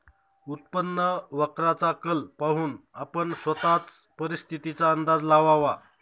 उत्पन्न वक्राचा कल पाहून आपण स्वतःच परिस्थितीचा अंदाज लावावा